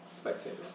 Spectator